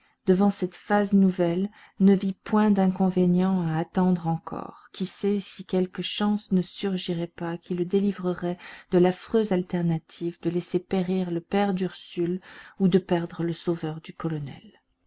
devant cette phase nouvelle ne vit point d'inconvénient à attendre encore qui sait si quelque chance ne surgirait pas qui le délivrerait de l'affreuse alternative de laisser périr le père d'ursule ou de perdre le sauveur du colonel